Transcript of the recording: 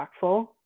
impactful